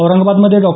औरंगाबादमध्ये डॉ